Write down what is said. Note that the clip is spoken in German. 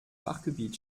fachgebiet